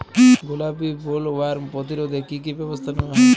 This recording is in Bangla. গোলাপী বোলওয়ার্ম প্রতিরোধে কী কী ব্যবস্থা নেওয়া হয়?